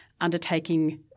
undertaking